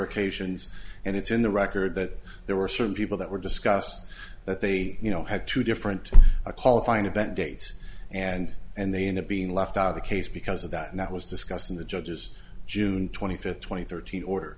occasions and it's in the record that there were certain people that were discussed that they you know had two different a qualifying event dates and and they end up being left out of the case because of that and that was discussed in the judge's june twenty fifth twenty thirty order